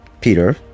Peter